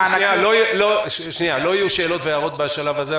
לא יהיו שאלות והערות בשלב הזה.